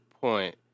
point